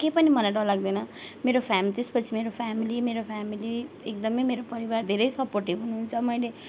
केही पनि मलाई डर लाग्दैन मेरो फ्याम त्यसपछि मेरो फेमिली मेरो फेमिली एकदमै मेरो परिवार धेरै सपोर्टिभ हुनुहुन्छ मैले